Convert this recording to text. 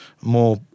more